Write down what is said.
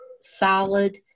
solid